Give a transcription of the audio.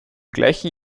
gleichen